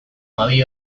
hamabi